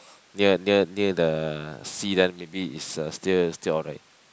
near near near the sea then maybe is uh still still alright